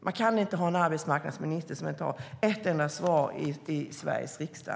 Vi kan inte ha en arbetsmarknadsminister som inte har ett enda svar i Sveriges riksdag.